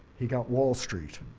he got wall street.